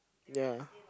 ya